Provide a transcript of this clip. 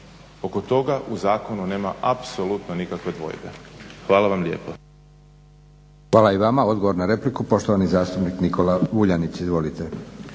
Oko toga u zakonu nema apsolutno nikakve dvojbe. Hvala vam lijepo.